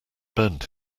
burnt